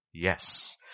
Yes